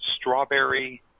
strawberry